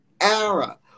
era